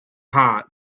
hot